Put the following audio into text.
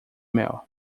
mel